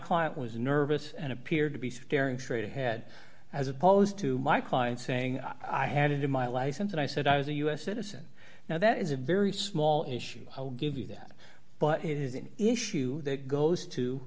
client was nervous and appeared to be staring straight ahead as opposed to my client saying i had it in my license and i said i was a u s citizen now that is a very small issue i will give you that but it is an issue that goes to